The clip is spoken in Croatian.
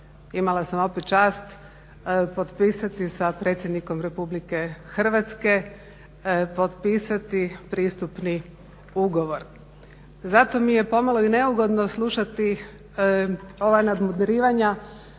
imala sam opet čast potpisati sa predsjednikom Republike Hrvatske, potpisati pristupni ugovor. Zato mi je pomalo i neugodno slušati ova nadmudrivanja